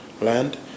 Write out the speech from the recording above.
land